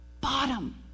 bottom